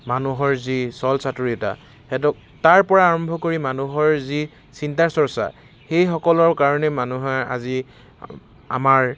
মানুহৰ যি চল চাতুৰিতা সেইটো তাৰপৰা আৰম্ভ কৰি মানুহৰ যি চিন্তা চৰ্চা সেইসকলৰ কাৰণে মানুহৰ আজি আমাৰ